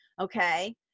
okay